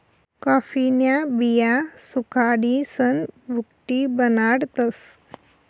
कॉफीन्या बिया सुखाडीसन भुकटी बनाडतस